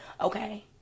Okay